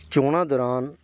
ਚੋਣਾਂ ਦੌਰਾਨ